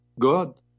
God